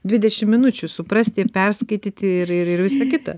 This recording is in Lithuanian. dvidešimt minučių suprasti perskaityti ir ir visa kita